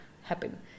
happen